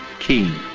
keen.